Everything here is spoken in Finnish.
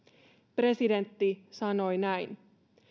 presidentti sanoi näin